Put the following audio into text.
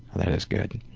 that is good.